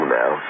now